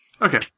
Okay